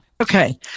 Okay